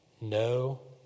no